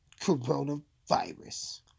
Coronavirus